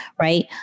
Right